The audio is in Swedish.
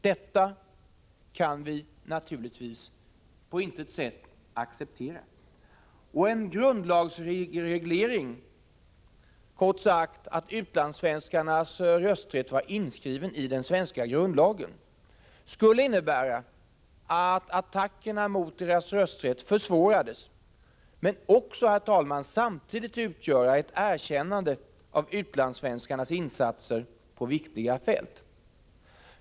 Detta kan vi naturligtvis på intet sätt acceptera. Och en grundlagsreglering — kort sagt att utlandssvenskarnas rösträtt blir inskriven i den svenska grundlagen — skulle innebära att attackerna mot deras rösträtt försvårades, och skulle samtidigt, herr talman, utgöra ett erkännande av utlandssvenskarnas insatser på viktiga fält.